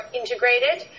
integrated